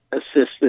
assistance